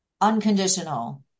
unconditional